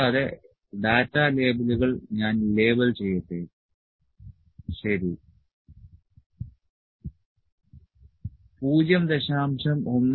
കൂടാതെ ഡാറ്റ ലേബലുകൾ ഞാൻ ലേബൽ ചെയ്യട്ടെ ശരി 0